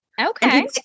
Okay